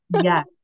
Yes